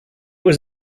was